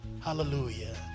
Hallelujah